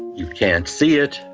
you can't see it.